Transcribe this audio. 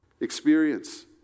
experience